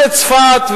זו צפת.